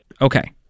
Okay